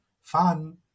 Fun